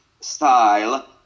style